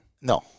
No